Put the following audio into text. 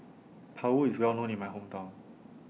Paru IS Well known in My Hometown